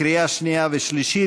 בקריאה שנייה ובקריאה שלישית.